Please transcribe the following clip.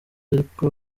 ariko